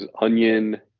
onion